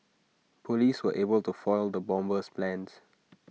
Police were able to foil the bomber's plans